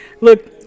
Look